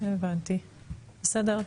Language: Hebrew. הבנתי, בסדר.